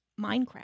Minecraft